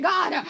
God